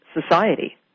society